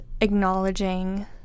acknowledging